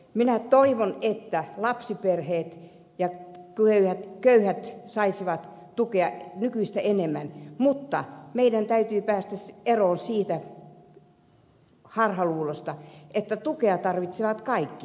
minä toivon että lapsiperheet ja köyhät saisivat tukea nykyistä enemmän mutta meidän täytyy päästä eroon siitä harhaluulosta että tukea tarvitsevat kaikki